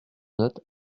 note